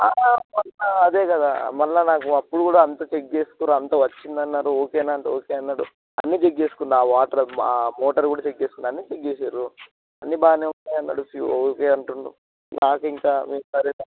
అదే కదా మళ్ళీ నాకు అప్పుడు కూడా అంత చెక్ చేసుకుర్రు అంత వచ్చింది అన్నారు ఓకేనా అంత అంటే ఓకే అన్నాడు అన్ని చెక్ చేసుకున్నాను ఆ వాటర్ ఆ మోటర్ కూడా చెక్ చేసుకున్నాను అన్ని చెక్ చేసిర్రు అన్నీ బాగా నే ఉంటాయి అన్నాడు ఫ్యూస్ ఓకే అంటుండు నాకు ఇంకా మీ సరే